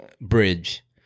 bridge